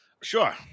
Sure